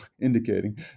indicating